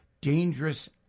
dangerous